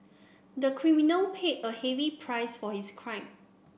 the criminal paid a heavy price for his crime